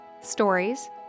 stories